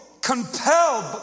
compelled